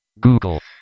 Google